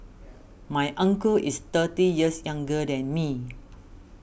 my uncle is thirty years younger than me